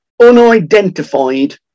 unidentified